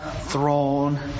throne